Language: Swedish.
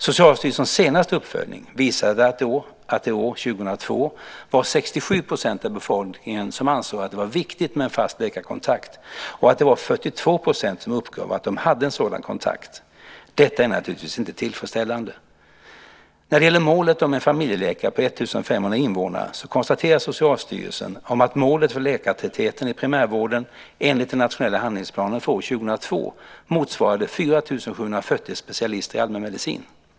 Socialstyrelsen senaste uppföljning visade att det år 2002 var 67 % av befolkningen som ansåg att det var viktigt med en fast läkarkontakt och att det var 42 % som uppgav att de hade en sådan kontakt. Detta är naturligtvis inte tillfredsställande. När det gäller målet om en familjeläkare per 1 500 invånare så konstaterar Socialstyrelsen att målet för läkartätheten i primärvården enligt den nationella handlingsplanen för år 2002 motsvarar 4 740 specialister i allmänmedicin.